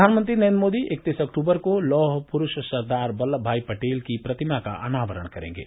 प्रधानमंत्री नरेन्द्र मोदी इक्कतीस अक्तूबर को लौह पुरूष सरदार वल्लभ भाई पटेल की प्रतिमा का अनावरण करेंगे